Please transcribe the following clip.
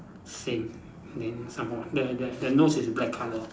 same then some more the the the nose is black colour